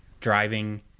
driving